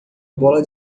bola